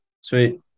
Sweet